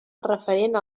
referent